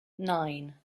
nine